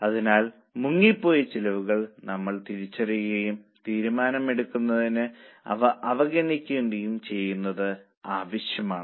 അതിനാൽ മുങ്ങിപ്പോയ ചെലവുകൾ നമ്മൾ തിരിച്ചറിയുകയും തീരുമാനമെടുക്കുന്നതിന് അവ അവഗണിക്കുകയും ചെയ്യേണ്ടത് ആവശ്യമാണ്